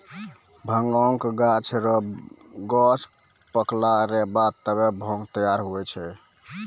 भांगक गाछ रो गांछ पकला रो बाद तबै भांग तैयार हुवै छै